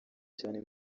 cyane